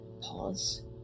pause